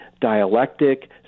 dialectic